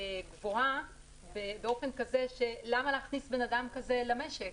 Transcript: גבוהה כל כך אז למה להכניס אדם כזה למשק,